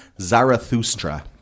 zarathustra